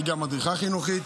היא גם מדריכה חינוכית.